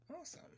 Awesome